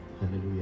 Hallelujah